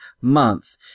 month